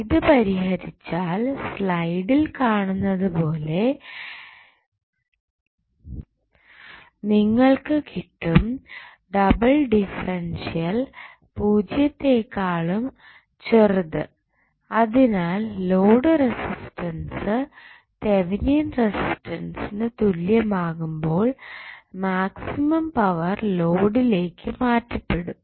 ഇത് പരിഹരിച്ചാൽ സ്ലൈഡിൽ കാണുന്നതുപോലെ പോലെ നിങ്ങൾക്ക് കിട്ടും ഡബിൾ ഡിഫറെൻഷ്യൽ പൂജ്യത്തെകാളും ചെറുത് അതിനാൽ ലോഡ് റെസിസ്റ്റൻസ് തെവനിയൻ റെസിസ്റ്റൻസിന് തുല്യം ആകുമ്പോൾ മാക്സിമം പവർ ലോഡിലേക്ക് മാറ്റപ്പെടും